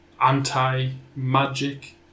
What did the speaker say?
anti-magic